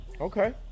Okay